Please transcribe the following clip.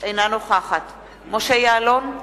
אינה נוכחת משה יעלון,